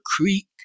creek